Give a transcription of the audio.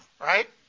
right